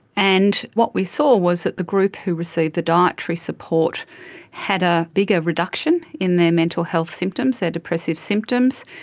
and what we saw was that the group who received the dietary support had a bigger reduction in their mental health symptoms, their depressive symptoms,